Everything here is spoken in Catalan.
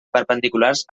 perpendiculars